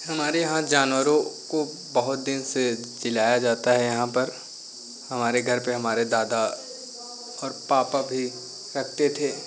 हमारे यहाँ जानवरों को बहुत देर से जिलाया जाता है यहाँ पर हमारे घर पे हमारे दादा और पापा भी रखते थे